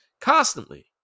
constantly